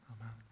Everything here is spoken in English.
Amen